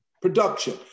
Production